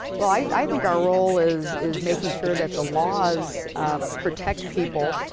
well, i think our role is is making sure that the laws ah protect people,